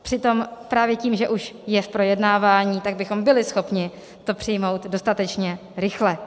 Přitom právě tím, že už je v projednávání, tak bychom byli schopni to přijmout dostatečně rychle.